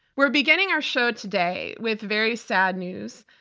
we're beginning our show today with very sad news.